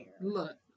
Look